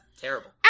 terrible